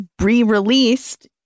re-released